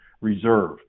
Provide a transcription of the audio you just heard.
reserve